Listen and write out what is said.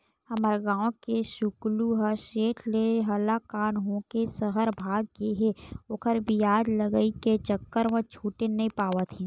हमर गांव के सुकलू ह सेठ ले हलाकान होके सहर भाग गे हे ओखर बियाज लगई के चक्कर म छूटे नइ पावत हे